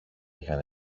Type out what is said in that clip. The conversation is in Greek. είχαν